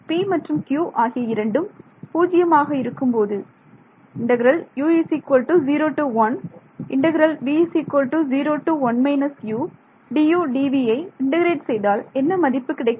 p மற்றும் q ஆகிய இரண்டும் பூஜ்ஜியமாக இருக்கும் போது ஐ இன்டெகிரேட் செய்தால் என்ன மதிப்பு கிடைக்கும்